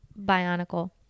bionicle